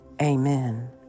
Amen